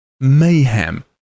mayhem